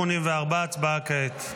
184. הסתייגות 184, הצבעה כעת.